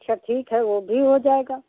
अच्छा ठीक है वो भी हो जाएगा